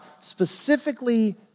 specifically